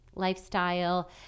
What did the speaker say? lifestyle